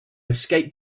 escaped